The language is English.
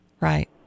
Right